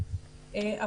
אם אני לא טועה,